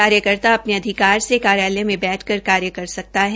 कार्यकर्ता अपने अधिकार से कार्यालय में बैठकर कार्य कर सकता है